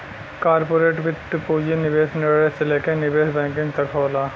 corporate वित्त पूंजी निवेश निर्णय से लेके निवेश बैंकिंग तक होला